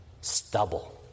stubble